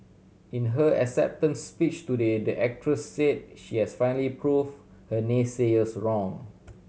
in her acceptance speech though they the actress say she has finally prove her naysayers wrong